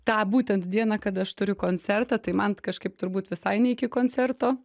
tą būtent dieną kada aš turiu koncertą tai man t kažkaip turbūt visai ne iki koncerto